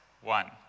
one